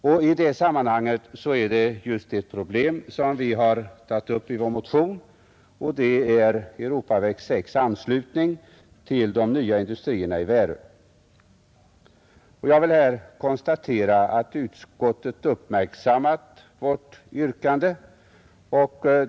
Just det senare problemet har vi tagit upp i vår motion, där vi begär åtgärder för anslutning av Europaväg 6 till de nya industrierna i Värö. Jag vill konstatera att utskottet uppmärksammat vårt yrkande.